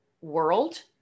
world